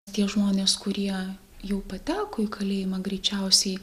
tie žmonės kurie jau pateko į kalėjimą greičiausiai